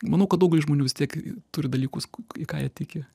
manau kad daugelis žmonių vis tiek turi dalykus į ką jie tiki